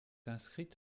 inscrite